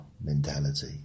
mentality